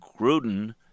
Gruden